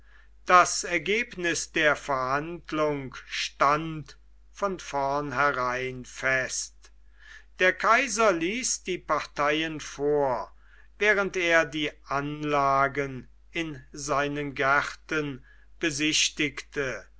das ergebnis der verhandlung stand von vornherein fest der kaiser ließ die parteien vor während er die anlagen in seinen gärten besichtigte